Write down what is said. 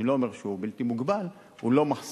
אני לא אומר שהוא בלתי מוגבל, הוא לא מחסום.